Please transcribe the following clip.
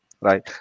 right